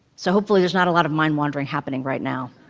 so hopefully there's not a lot of mind-wandering happening right now.